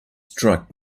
struck